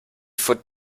foot